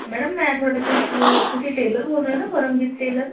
madam ਮੈਂ ਤੁਹਾਡੇ ਤੋਂ ਇੱਕ ਤੁਸੀਂ ਟੇਲਰ ਬੋਲ ਰਹੇ ਹੋ ਨਾ ਪਰਮਜੀਤ ਟੇਲਰ